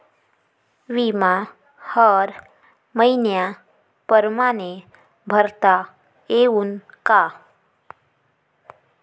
बिमा हर मइन्या परमाने भरता येऊन का?